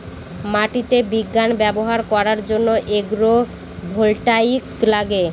মাটিতে বিজ্ঞান ব্যবহার করার জন্য এগ্রো ভোল্টাইক লাগে